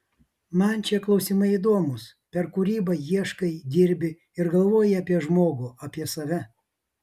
man šie klausimai įdomūs per kūrybą ieškai dirbi ir galvoji apie žmogų apie save